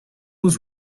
was